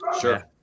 Sure